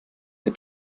der